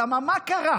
למה מה קרה?